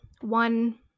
one